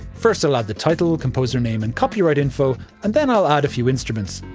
first, i'll add the title, composer name and copyright info and then i'll add a few instruments.